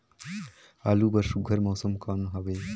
आलू बर सुघ्घर मौसम कौन हवे?